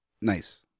Nice